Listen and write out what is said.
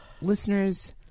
Listeners